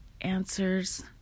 answers